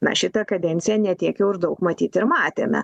na šitą kadenciją ne tiek jau ir daug matyt ir matėme